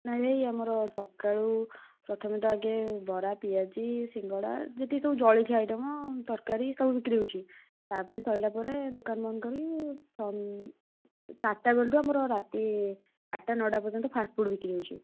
ନାଇଁ ଭାଇ ଆମର ସକାଳୁ ପ୍ରଥମେ ତ ଆଗେ ବରା ପିଆଜି ସିଙ୍ଗଡ଼ା ଯେତିକି ସବୁ ଜଳଖିଆ ଆଇଟମ୍ ତରକାରୀ ସବୁ ବିକ୍ରି ହେଉଛି ତା'ପରେ ସରିଲା ପରେ ଦୋକାନ ବନ୍ଦ କରି ସନ୍ ଚାରିଟା ବେଳଠୁ ଆମର ରାତି ଆଠଟା ନଅଟା ପର୍ଯ୍ୟନ୍ତ ଫାଷ୍ଟଫୁଡ୍ ବିକ୍ରି ହେଉଛି